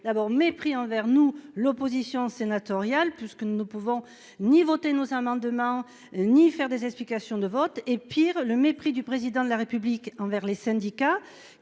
mépris. Mépris envers nous, l'opposition sénatoriale, puisque nous ne pouvons ni voter nos amendements ni prononcer d'explications de vote. Mépris du Président de la République envers les syndicats,